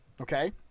okay